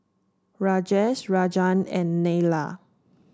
Rajesh Rajan and Neila